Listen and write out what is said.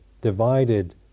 divided